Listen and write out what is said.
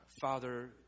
Father